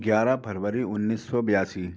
ग्यारह फरवरी उन्नीस सौ बयासी